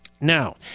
Now